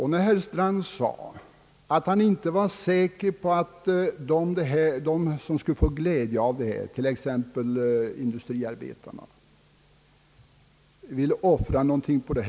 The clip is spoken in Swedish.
Herr Strand sade att han inte var säker på att de som skulle få glädje av en sådan här reform, t.ex. industriarbetarna, vill offra någonting för den.